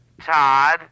Todd